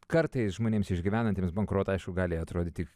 kartais žmonėms išgyvenantiems bankrotą aišku gali atrodyti